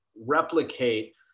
replicate